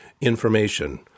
information